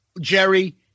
Jerry